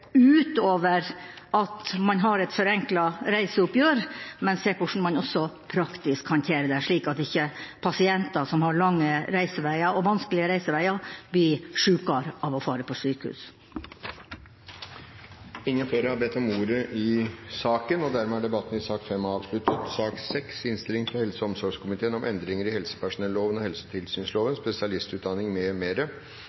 utover det at man har et forenklet reiseoppgjør, at man ser på hvordan man praktisk håndterer det, slik at ikke pasienter som har lange og vanskelige reiseveier, blir sykere av å dra på sykehus. Flere har ikke bedt om ordet til sak nr. 5. Etter ønske fra helse- og omsorgskomiteen vil presidenten foreslå at taletiden blir begrenset til 5 minutter til hver partigruppe og